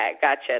Gotcha